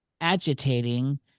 agitating